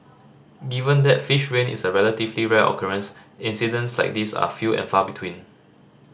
given that fish rain is a relatively rare occurrence incidents like these are few and far between